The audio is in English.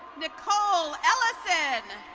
nicole ellison.